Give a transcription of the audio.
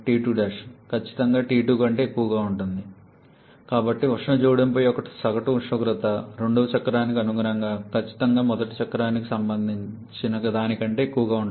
T2 ఖచ్చితంగా T2 కంటే ఎక్కువగా ఉంటుంది కాబట్టి ఉష్ణ జోడింపు యొక్క సగటు ఉష్ణోగ్రత రెండవ చక్రానికి అనుగుణంగా ఖచ్చితంగా మొదటి చక్రానికి సంబంధించిన దానికంటే ఎక్కువగా ఉంటుంది